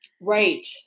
Right